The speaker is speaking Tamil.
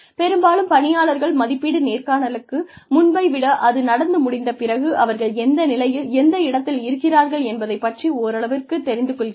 பெரும்பாலும் பணியாளர்கள் மதிப்பீட்டு நேர்காணலுக்கு முன்பைவிட அது நடந்து முடிந்த பிறகு அவர்கள் எந்த நிலையில் எந்த இடத்தில் இருக்கிறார்கள் என்பதைப் பற்றி ஓரளவிற்குத் தெரிந்து கொள்கிறார்கள்